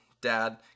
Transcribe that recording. dad